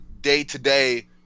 day-to-day